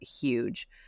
huge